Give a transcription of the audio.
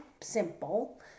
simple